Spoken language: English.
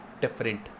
different